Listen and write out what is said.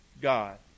God